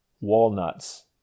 Walnuts